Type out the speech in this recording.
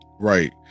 Right